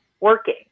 working